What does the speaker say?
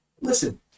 listen